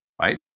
right